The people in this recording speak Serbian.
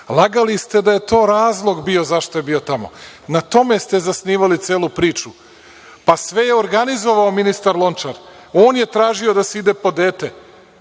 Lagali ste da je to razlog bio zašto je bio tamo. Na tome ste zasnivali celu priču. Sve je organizovao ministar Lončar, on je tražio da se ide po dete.